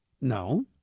No